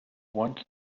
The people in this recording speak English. once